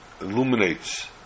illuminates